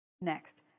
Next